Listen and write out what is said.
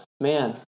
man